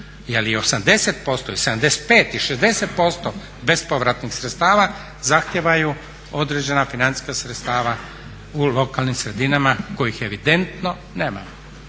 jer i 80% i 75 i 60% bespovratnih sredstava zahtijevaju određena financijska sredstva u lokalnim sredinama kojih evidentno nema.